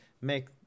make